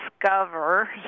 discover